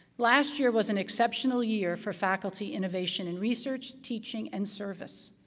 last year was an exceptional year for faculty innovation in research, teaching, and service.